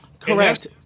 Correct